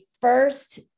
first